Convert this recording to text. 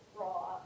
raw